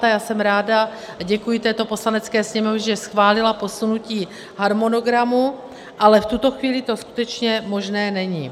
Já jsem ráda a děkuji této Poslanecké sněmovně, že schválila posunutí harmonogramu, ale v tuto chvíli to skutečně možné není.